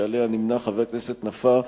שעמה נמנה חבר הכנסת נפאע,